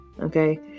Okay